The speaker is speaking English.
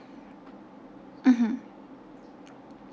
mmhmm